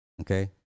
Okay